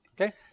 okay